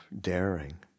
daring